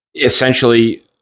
essentially